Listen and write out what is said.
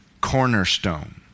cornerstone